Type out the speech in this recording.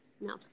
No